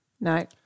No